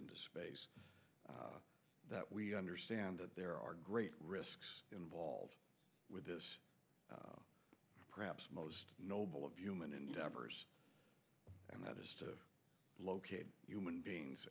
into space that we understand that there are great risks involved with this perhaps most noble of human endeavors and that is to locate human beings